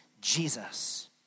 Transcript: Jesus